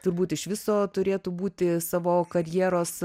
turbūt iš viso turėtų būti savo karjeros